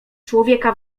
człowieka